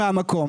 מהמקום.